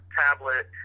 tablet